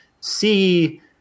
see